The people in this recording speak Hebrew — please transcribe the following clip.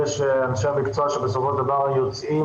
אלה אנשי המקצוע שבסופו של דבר יוצאים